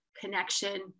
connection